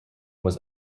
was